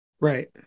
Right